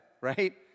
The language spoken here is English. right